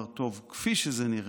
כפי שזה נראה,